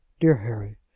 dear harry,